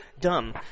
dumb